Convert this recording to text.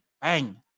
Bang